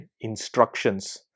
instructions